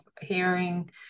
hearing